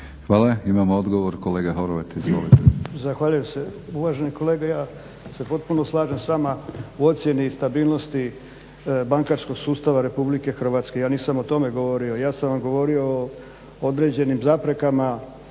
Hvala. Imamo odgovor, kolega Horvat